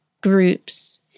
groups